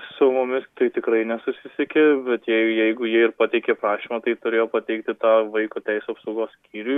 su mumis tai tikrai nesusisiekė bet jei jeigu jie ir pateikė prašymą tai turėjo pateikti tą vaiko teisių apsaugos skyriui